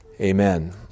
Amen